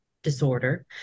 disorder